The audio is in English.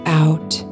out